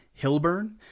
Hilburn